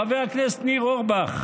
חבר הכנסת ניר אורבך,